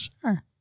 sure